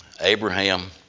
Abraham